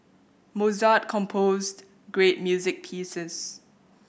Mozart composed great music pieces